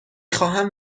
خواهم